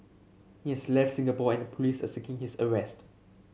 he's left Singapore and the police are seeking his arrest